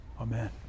Amen